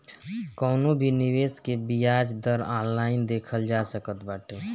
कवनो भी निवेश के बियाज दर ऑनलाइन देखल जा सकत बाटे